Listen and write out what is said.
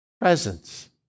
presence